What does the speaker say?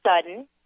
sudden